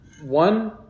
one